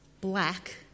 black